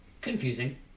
...confusing